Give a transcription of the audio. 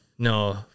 No